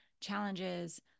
challenges